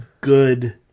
good